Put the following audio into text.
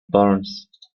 burns